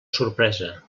sorpresa